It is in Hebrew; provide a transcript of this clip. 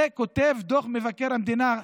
את זה כותב דוח מבקר המדינה.